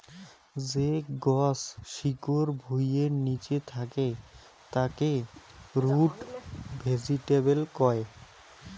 যে গছ শিকড় ভুঁইয়ের নিচে থাকে তাকে রুট ভেজিটেবল কয়